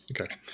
Okay